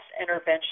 intervention